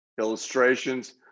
illustrations